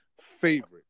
favorite